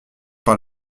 par